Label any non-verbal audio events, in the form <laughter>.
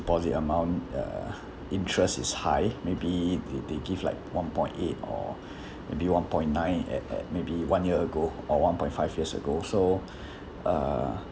deposit amount uh interest is high maybe they they give like one point eight or <breath> maybe one point nine at at maybe one year ago or one point five years ago so <breath> uh